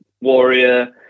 warrior